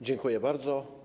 Dziękuję bardzo.